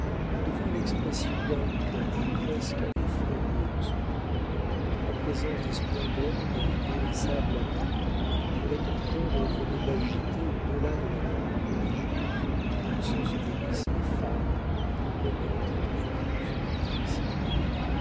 devint l'expression d'un cœur presque effrayé de son bonheur en présence des splendeurs d'un périssable amour qui durait encore et venait l'agiter au delà de la tombe religieuse où s'ensevelissent les femmes pour renaître épouses du christ